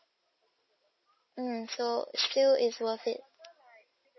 mm so still is worth it